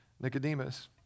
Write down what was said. Nicodemus